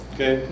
Okay